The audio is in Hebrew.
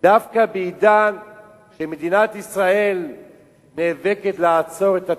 דווקא בעידן שמדינת ישראל נאבקת לעצור את הטרור,